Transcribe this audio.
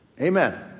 Amen